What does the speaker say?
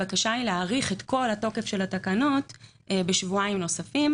הבקשה היא להאריך את כל התוקף של התקנות בשבועיים נוספים